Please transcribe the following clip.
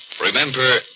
Remember